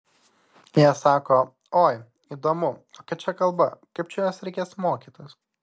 jie sako oi įdomu kokia čia kalba kaip čia jos reikės mokytis